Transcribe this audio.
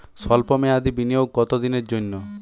সল্প মেয়াদি বিনিয়োগ কত দিনের জন্য?